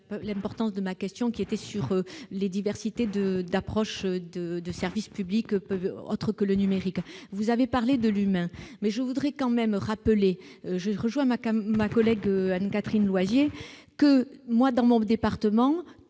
l'importance de ma question, la diversité des approches des services publics autres que le numérique. Vous avez parlé de l'humain. Mais je tiens quand même à rappeler- je rejoins là ma collègue Anne-Catherine Loisier -que, dans mon département,